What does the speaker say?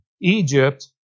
Egypt